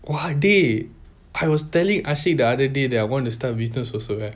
!wah! dey I was telling I said the other day that I want to start business also eh